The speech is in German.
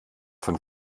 von